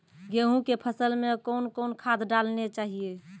गेहूँ के फसल मे कौन कौन खाद डालने चाहिए?